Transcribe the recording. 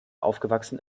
aufgewachsen